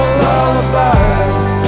lullabies